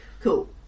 Cool